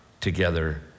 together